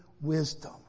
wisdom